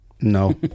No